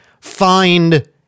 find